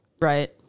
right